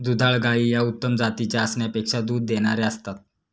दुधाळ गायी या उत्तम जातीच्या असण्यापेक्षा दूध देणाऱ्या असतात